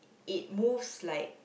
it moves like